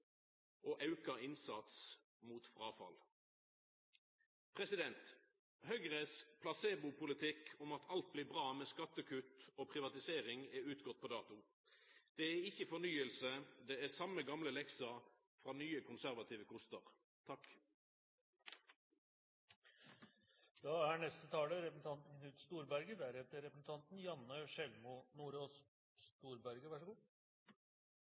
og auka innsats mot fråfall. Høgres placebopolitikk om at alt blir bra med skattekutt og privatisering, er utgått på dato. Det er ikkje fornying. Det er same gamle leksa frå nye konservative kostar.